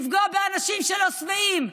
לפגוע באנשים שלא שבעים,